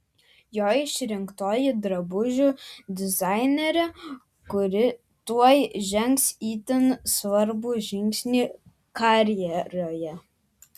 jo išrinktoji drabužių dizainerė kuri tuoj žengs itin svarbų žingsnį karjeroje